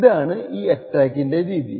ഇതാണ് ഈ അറ്റാക്കിന്റെ രീതി